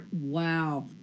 Wow